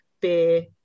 beer